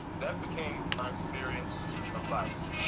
that became my experience of life.